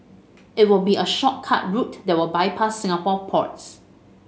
it will be a shortcut route that will bypass Singapore ports